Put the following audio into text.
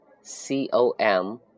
C-O-M